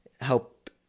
help